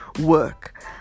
work